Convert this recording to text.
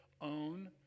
own